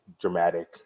dramatic